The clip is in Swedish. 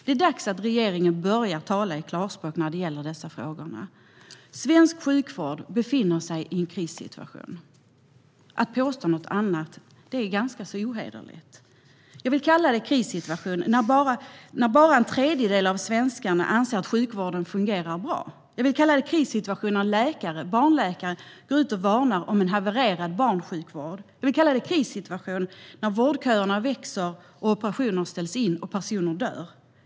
Det är dags att regeringen börjar tala klarspråk när det gäller dessa frågor. Svensk sjukvård befinner sig i en krissituation. Att påstå något annat är ganska ohederligt. Jag vill kalla det krissituation när bara en tredjedel av svenskarna anser att sjukvården fungerar bra. Jag vill kalla det krissituation när barnläkare går ut och varnar för en havererad barnsjukvård. Jag vill kalla det krissituation när vårdköerna växer, operationer ställs in och personer dör.